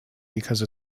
because